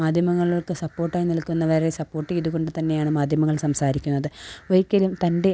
മാധ്യമങ്ങള്ക്ക് സപ്പോര്ട്ടായി നില്ക്കുന്നവരെ സപ്പോര്ട്ട് ചെയ്തുകൊണ്ട് തന്നെയാണ് മാധ്യമങ്ങള് സംസാരിക്കുന്നത് ഒരിക്കലും തന്റെ